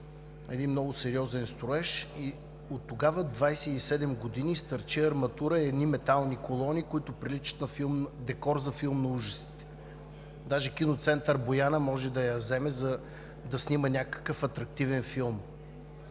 един много сериозен строеж и оттогава 27 години стърчи арматура, едни метални колони, които приличат на декор за филм на ужасите. Даже „Киноцентър Бояна“ може да я вземе, за да снима някакъв атрактивен филм.